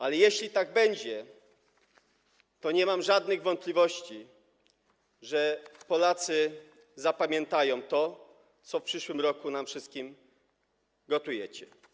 Ale jeśli tak będzie, to nie mam żadnych wątpliwości, że Polacy zapamiętają to, co w przyszłym roku nam wszystkim gotujecie.